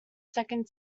second